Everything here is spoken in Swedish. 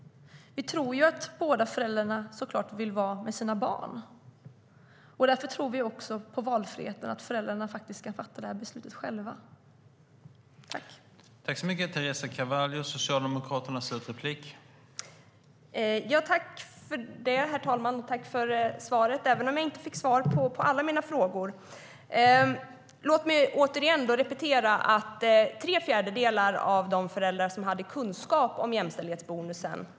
Vi tror såklart att båda föräldrarna vill vara med sina barn. Därför tror vi också på valfriheten, det vill säga att föräldrarna faktiskt ska fatta detta beslut själva.